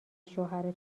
شوهر